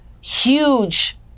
huge